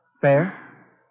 fair